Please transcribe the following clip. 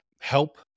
help